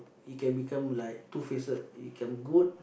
you can become like two facet you can good